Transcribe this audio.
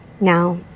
now